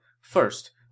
First